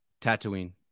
Tatooine